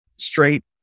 straight